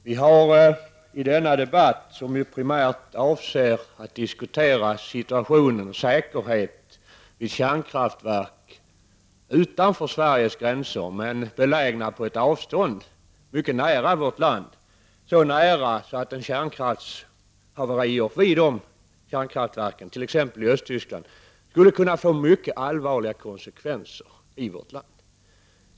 Herr talman! I denna debatt avser vi primärt att diskutera säkerheten vid kärnkraftverk belägna utanför Sveriges gränser men på ett avstånd mycket nära vårt land — så nära att ett haveri vid dessa kärnkraftverk, t.ex. i Östtyskland, skulle få mycket allvarliga konsekvenser för vårt land.